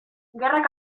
gerrak